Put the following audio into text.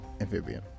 Amphibian